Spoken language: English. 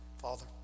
Father